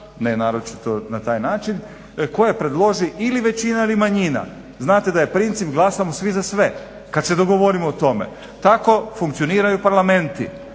ne naročito na taj način, koje predloži ili većina ili manjina. Znate da je princip glasamo svi za sve kad se dogovorimo o tome. Tako funkcioniraju parlamenti.